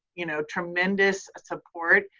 you know, tremendous support.